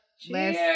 Cheers